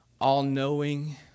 all-knowing